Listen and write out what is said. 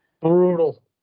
Brutal